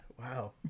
wow